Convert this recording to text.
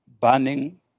burning